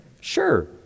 Sure